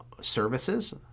services